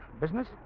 Business